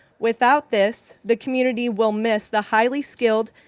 without this, the community will miss the highly skilled,